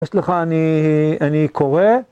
יש לך, אני קורא.